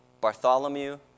Bartholomew